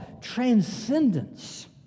transcendence